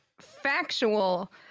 factual